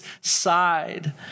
side